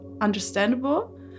understandable